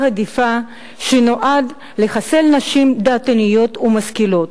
רדיפה שנועד לחסל נשים דעתניות ומשכילות.